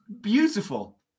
beautiful